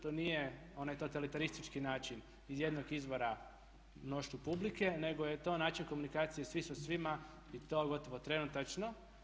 To nije onaj totalitaristički način iz jednog izvora mnoštvu publike nego je to način komunikacije svi sa svima i to gotovo trenutačno.